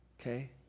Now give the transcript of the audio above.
Okay